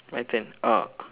my turn uh